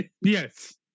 Yes